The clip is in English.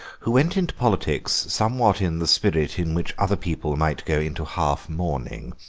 who went into politics somewhat in the spirit in which other people might go into half-mourning.